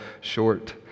short